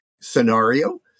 scenario